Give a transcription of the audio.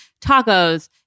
tacos